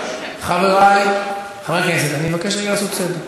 ולכן בהחלט זו אופציה.